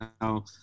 now